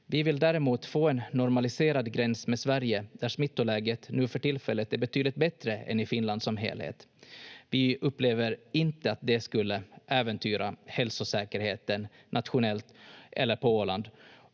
Vi vill däremot få en normaliserad gräns med Sverige där smittoläget nu för tillfället är betydligt bättre än i Finland som helhet. Vi upplever inte att det skulle äventyra hälsosäkerheten nationellt eller på Åland,